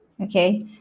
Okay